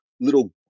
little